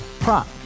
Prop